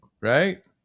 Right